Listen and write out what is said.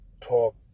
talk